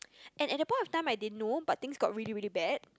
and at that point of time I didn't know but things got really really bad